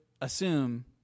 assume